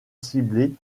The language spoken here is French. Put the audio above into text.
ciblée